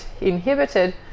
inhibited